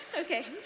Okay